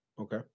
Okay